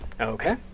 Okay